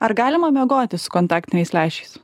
ar galima miegoti su kontaktiniais lęšiais